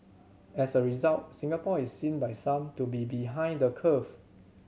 as a result Singapore is seen by some to be behind the curve